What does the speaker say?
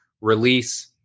release